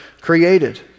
created